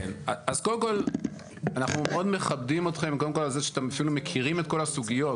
אנחנו מאוד מכבדים אתכם קודם כל על זה שאתם אפילו מכירים את כל הסוגיות,